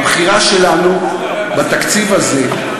הבחירה שלנו בתקציב הזה,